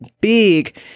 big